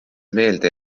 meelde